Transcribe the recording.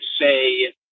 say